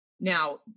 Now